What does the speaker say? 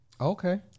Okay